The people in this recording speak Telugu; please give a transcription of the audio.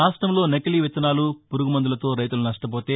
రాష్టంలో నకిలీ విత్తనాలు పురుగు మందులతో రైతులు నష్టపోతే